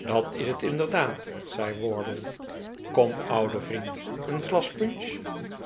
dat is het inderdaad zei wardle kom oude vriend een glas punch